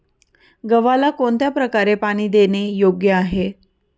गव्हाला कोणत्या प्रकारे पाणी देणे योग्य आहे?